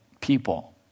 people